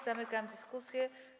Zamykam dyskusję.